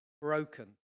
broken